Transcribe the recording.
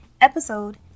episode